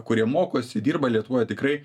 kurie mokosi dirba lietuvoj tikrai